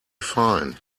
fine